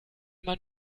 man